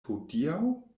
hodiaŭ